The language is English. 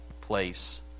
place